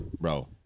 bro